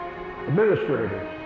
administrators